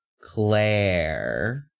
Claire